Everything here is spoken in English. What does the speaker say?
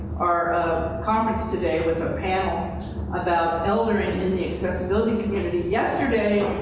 our ah conference today, with a panel about eldering in the accessibility community. yesterday,